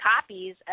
copies